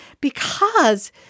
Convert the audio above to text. because-